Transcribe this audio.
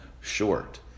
short